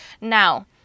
Now